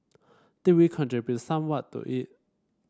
did we contribute somewhat to it